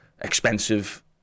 expensive